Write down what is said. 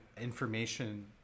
information